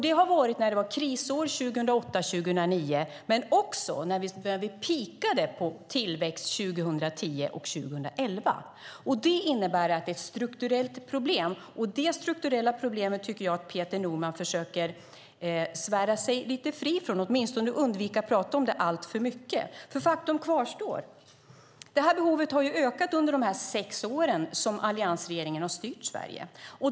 Det har varit när det var krisår 2008-2009, men också när vi peakade tillväxten 2010 och 2011. Det innebär att det är ett strukturellt problem. Det strukturella problemet tycker jag att Peter Norman försöker svära sig lite fri från, åtminstone undvika att prata om det alltför mycket. Faktum kvarstår, det här behovet har ökat under de sex år som alliansregeringen har styrt Sverige.